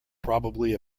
probably